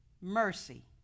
mercy